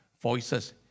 voices